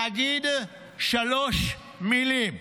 להגיד שלוש מילים: